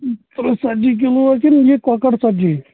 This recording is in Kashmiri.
ترٕٛہ ژَتجی کِلوٗ ہا کِنہٕ یہِ کۄکر ژَتجی